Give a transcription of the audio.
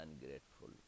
ungrateful